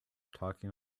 talking